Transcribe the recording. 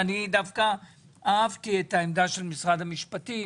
אני דווקא אהבתי את העמדה של משרד המשפטים